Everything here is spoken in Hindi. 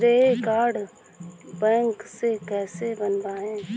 श्रेय कार्ड बैंक से कैसे बनवाएं?